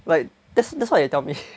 but that's that's what they tell me